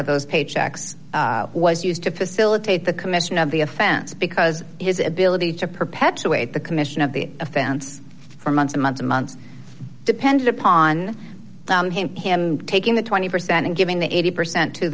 of those paychecks was used to facilitate the commission of the offense because his ability to perpetuate the commission of the offense for months and months and months depended upon him taking the twenty percent and giving the eighty percent to